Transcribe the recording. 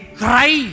cry